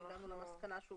הגענו למסקנה שהוא